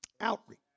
Outreach